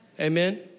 Amen